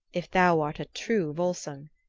if thou art a true volsung,